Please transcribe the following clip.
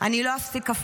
להגן על בעלי החיים.